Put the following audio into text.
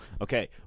Okay